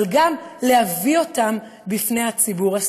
אבל גם להביא אותם לפני הציבור.